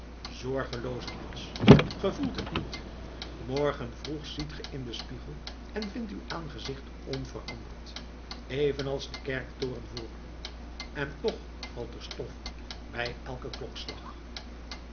zorgelooze mensch ge voelt het niet morgen vroeg ziet ge in den spiegel en vindt uw aangezicht onveranderd evenals den kerktoren vr u en toch valt er stof bij elken klokslag